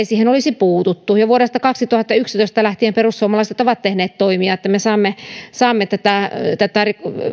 siihen olisi puututtu jo vuodesta kaksituhattayksitoista lähtien perussuomalaiset ovat tehneet toimia että me saamme saamme tätä tätä